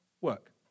work